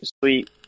sweet